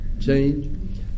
change